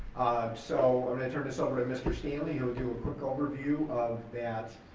so i'm gonna turn this over to mr. stanley who will do a quick overview of that